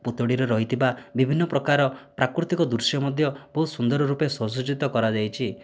ପୁତୁଡ଼ିରେ ରହିଥିବା ବିଭିନ୍ନ ପ୍ରକାର ପ୍ରାକୃତିକ ଦୃଶ୍ୟ ମଧ୍ୟ ବହୁତ ସୁନ୍ଦର ରୂପେ ସଜ୍ଜଜିତ କରାଯାଇଛି